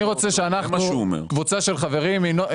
אני רוצה שאנחנו, קבוצה של חברים,